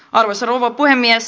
arvoisa rouva puhemies